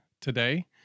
today